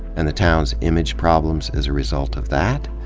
and the town's image problems as a result of that?